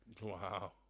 Wow